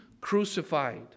crucified